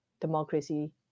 democracy